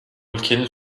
ülkenin